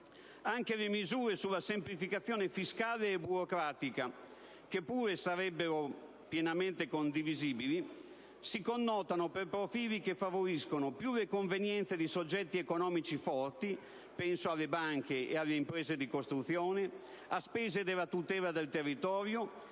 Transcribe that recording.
Anche le misure sulla semplificazione fiscale e burocratica, che pure sarebbero pienamente condivisibili, si connotano per profili che favoriscono più le convenienze di soggetti economici forti (penso alle banche e alle imprese di costruzione), a spese della tutela del territorio,